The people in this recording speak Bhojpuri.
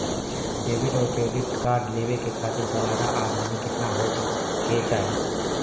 डेबिट और क्रेडिट कार्ड लेवे के खातिर सलाना आमदनी कितना हो ये के चाही?